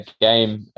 game